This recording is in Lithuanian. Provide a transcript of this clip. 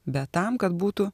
bet tam kad būtų